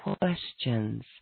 questions